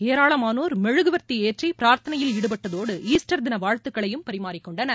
ஏராளமானோர் மெழுகுவர்த்தி ஏற்றி பிரார்த்தனையில் ஈடுபட்டதோடு ஈஸ்டர் தின வாழ்த்துக்களையும் பரிமாறிக் கொண்டனர்